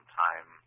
time